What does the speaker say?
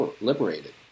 liberated